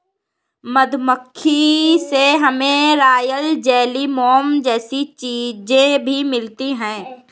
मधुमक्खी से हमे रॉयल जेली, मोम जैसी चीजे भी मिलती है